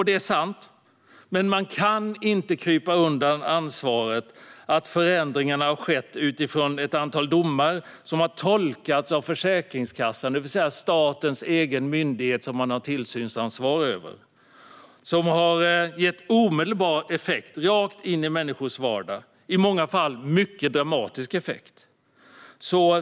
Det är sant, men man kan inte krypa undan ansvaret för att förändringarna har skett utifrån ett antal domar som har tolkats av Försäkringskassan, det vill säga statens egen myndighet som man har tillsynsansvar över. Detta har gett omedelbar effekt rakt in i människors vardag, i många fall en mycket dramatisk effekt.